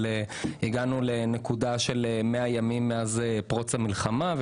אבל הגענו לנקודה של 100 ימים מפרוץ המלחמה.